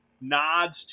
nods